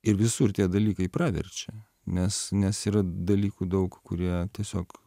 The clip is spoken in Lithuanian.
ir visur tie dalykai praverčia nes nes yra dalykų daug kurie tiesiog